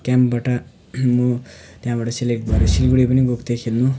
क्याम्पबाट म त्यहाँबाट सेलेक्ट भएर सिलगढी पनि गएको थिएँ खेल्नु